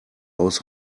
aus